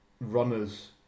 runners